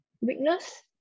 weakness